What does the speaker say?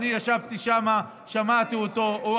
ישבתי שם ושמעתי את חבר הכנסת ינון אזולאי.